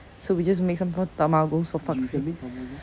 so we just make some more tamagos for fuck's sake